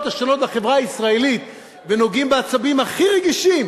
השונות בחברה הישראלית ונוגעים בעצבים הכי רגישים,